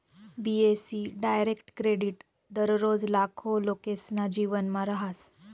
बी.ए.सी direct credit दररोज लाखो लोकेसना जीवनमा रहास